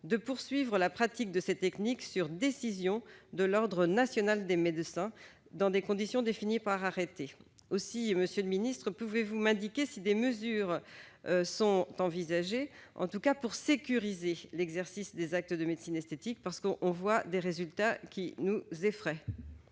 de poursuivre la pratique de ces techniques sur décision de l'ordre national des médecins, dans des conditions définies par arrêté ? Aussi, monsieur le secrétaire d'État, pouvez-vous m'indiquer si des mesures sont envisagées pour sécuriser l'exercice des actes de médecine esthétique, sachant que certains résultats sont réellement